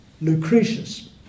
Lucretius